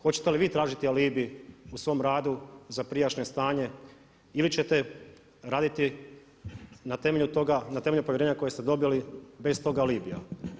Hoćete li vi tražiti alibi u svom radu za prijašnje stanje ili ćete raditi na temelju toga, na temelju povjerenja koje ste dobili bez tog alibija?